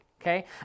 okay